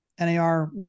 NAR